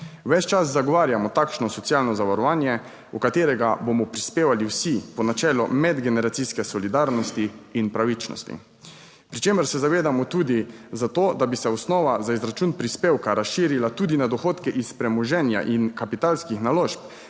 Ves čas zagovarjamo takšno socialno zavarovanje, v katerega bomo prispevali vsi po načelu medgeneracijske solidarnosti in pravičnosti, pri čemer se zavedamo tudi za to, da bi se osnova za izračun prispevka razširila tudi na dohodke iz premoženja in kapitalskih naložb,